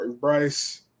Bryce